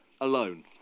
alone